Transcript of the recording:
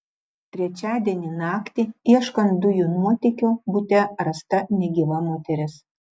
trečiadienį naktį ieškant dujų nuotėkio bute rasta negyva moteris